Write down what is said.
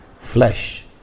Flesh